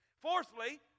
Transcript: Fourthly